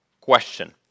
question